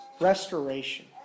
Restoration